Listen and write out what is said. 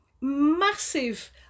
massive